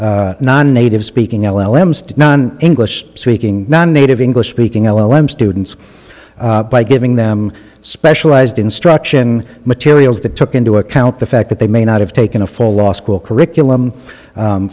non native speaking l l m stood non english speaking non native english speaking l m students by giving them specialized instruction materials that took into account the fact that they may not have taken a full law school curriculum